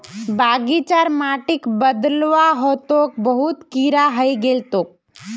बगीचार माटिक बदलवा ह तोक बहुत कीरा हइ गेल छोक